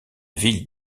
ville